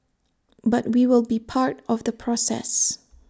but we will be part of the process